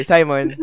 Simon